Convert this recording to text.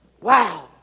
wow